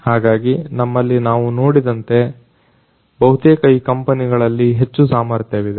ಹಾಗಾಗಿ ನಮ್ಮಲ್ಲಿ ನಾವು ನೋಡಿದಂತೆ ಬಹುತೇಕ ಈ ಕಂಪನಿಗಳಲ್ಲಿ ಹೆಚ್ಚು ಸಾಮರ್ಥ್ಯವಿದೆ